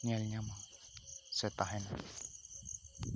ᱧᱮᱞ ᱧᱟᱢᱟ ᱥᱮ ᱛᱟᱦᱮᱱᱟ